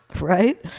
Right